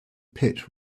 pit